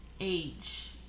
age